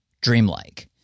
dreamlike